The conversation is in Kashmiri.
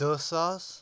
دَہ ساس